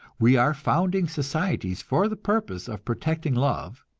we are founding societies for the purpose of protecting love,